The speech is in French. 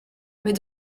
mais